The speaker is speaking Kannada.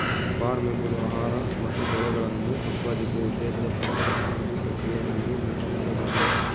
ಫಾರ್ಮ್ ಎಂಬುದು ಆಹಾರ ಮತ್ತು ಬೆಳೆಗಳನ್ನು ಉತ್ಪಾದಿಸುವ ಉದ್ದೇಶದ ಪ್ರಾಥಮಿಕ ಕೃಷಿ ಪ್ರಕ್ರಿಯೆಗಳಿಗೆ ಮೀಸಲಾದ ಭೂಮಿ